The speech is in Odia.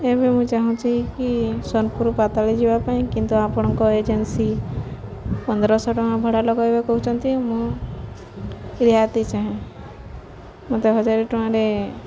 ଏବେ ମୁଁ ଚାହୁଁଛି କି ସୋନପୁର ପାତାଳ ଯିବା ପାଇଁ କିନ୍ତୁ ଆପଣଙ୍କ ଏଜେନ୍ସି ପନ୍ଦର ଶହ ଟଙ୍କା ଭଡ଼ା ଲଗାଇବା କହୁନ୍ତି ମୁଁ ରିହାତି ଚାହେଁ ମୋତେ ହଜାରେ ଟଙ୍କାରେ